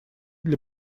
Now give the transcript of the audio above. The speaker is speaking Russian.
для